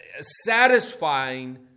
Satisfying